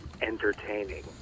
entertaining